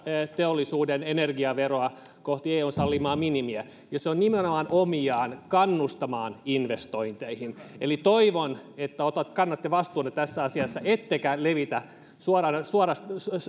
teollisuuden energiaveroa kohti eun sallimaa minimiä ja se on nimenomaan omiaan kannustamaan investointeihin eli toivon että kannatte vastuunne tässä asiassa ettekä levitä